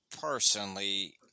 personally